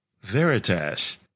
Veritas